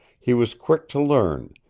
he was quick to learn,